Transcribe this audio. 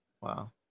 Wow